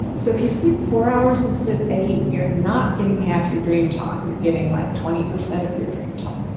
so if you sleep four hours instead of eight, you're not getting half your dream time. you're getting like twenty percent of your dream time.